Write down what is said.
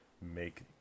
make